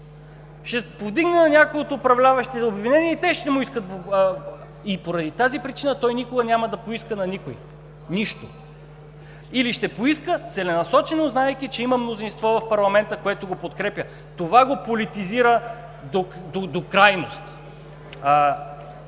Ще повдигне на някой от управляващите обвинение, и те ще му искат… И поради причина той никога няма да поиска на никого нищо. Или ще поиска целенасочено, знаейки, че има мнозинство в парламента, което го подкрепя. Това го политизира до крайност.